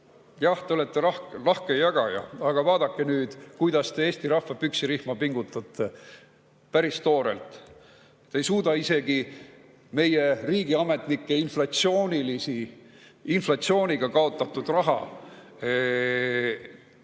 Jah, te olete lahke jagaja, aga vaadake nüüd, kuidas te Eesti rahva püksirihma pingutate. Päris toorelt. Te ei suuda isegi meie riigiametnike inflatsiooniga kaotatud raha neile